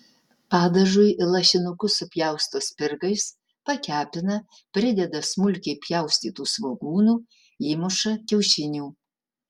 padažui lašinukus supjausto spirgais pakepina prideda smulkiai pjaustytų svogūnų įmuša kiaušinių